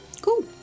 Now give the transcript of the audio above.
Cool